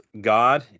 God